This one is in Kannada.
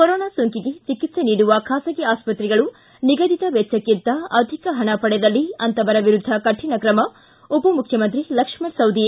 ಕೊರೊನಾ ಸೋಂಕಿಗೆ ಚಿಕಿತ್ಸೆ ನೀಡುವ ಖಾಸಗಿ ಆಸ್ತ್ರೆಗಳು ನಿಗದಿತ ವೆಚ್ಚಕ್ಕಿಂತ ಅಧಿಕ ಪಣ ಪಡೆದಲ್ಲಿ ಅಂತವರ ವಿರುದ್ದ ಕಠಿಣ ಕ್ರಮ ಉಪಮುಖ್ಯಮಂತ್ರಿ ಲಕ್ಷ್ಮಣ ಸವದಿ